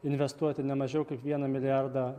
investuoti ne mažiau kaip vieną milijardą